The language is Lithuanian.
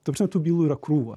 ta prasme tų bylų yra krūvos